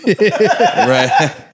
Right